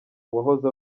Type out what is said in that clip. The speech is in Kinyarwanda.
wahoze